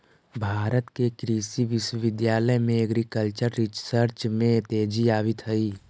भारत के कृषि विश्वविद्यालय में एग्रीकल्चरल रिसर्च में तेजी आवित हइ